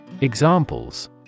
Examples